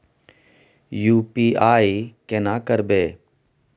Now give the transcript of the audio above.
UPI केना करबे?